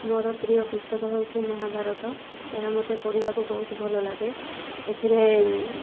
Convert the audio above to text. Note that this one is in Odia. ମୋର ପ୍ରିୟ ପୁସ୍ତକ ହେଉଛି ମହାଭାରତ ଏହା ମୋତେ ପଢ଼ିବାକୁ ବହୁତ ଭଲ ଲାଗେ ଏଥିରେ